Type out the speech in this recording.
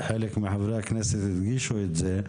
חלק מחברי הכנסת הדגישו את זה.